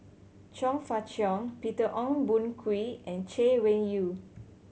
Chong Fah Cheong Peter Ong Boon Kwee and Chay Weng Yew